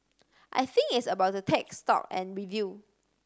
I think it's about to take stock and review